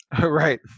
Right